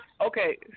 Okay